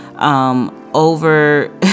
over